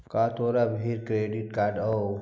का तोरा भीर क्रेडिट कार्ड हउ?